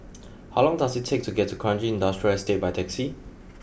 how long does it take to get to Kranji Industrial Estate by taxi